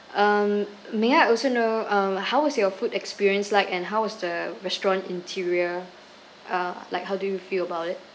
um may I also know uh how was your food experience like and how was the restaurant interior uh like how do you feel about it